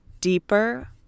deeper